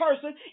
person